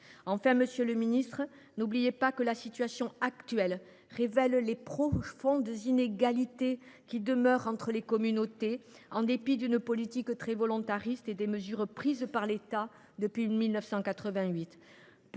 Nouméa. Monsieur le ministre, n’oubliez pas que la situation actuelle révèle les profondes inégalités qui perdurent entre les communautés, en dépit d’une politique très volontariste et des mesures prises par l’État depuis 1988.